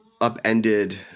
upended